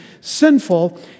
sinful